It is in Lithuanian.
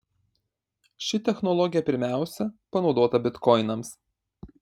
ši technologija pirmiausia panaudota bitkoinams